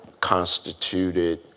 constituted